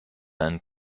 and